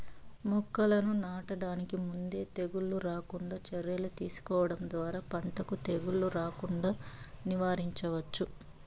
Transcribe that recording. మొక్కలను నాటడానికి ముందే తెగుళ్ళు రాకుండా చర్యలు తీసుకోవడం ద్వారా పంటకు తెగులు రాకుండా నివారించవచ్చు